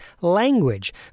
language